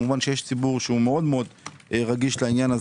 יש ציבור מאוד רגיש לעניין.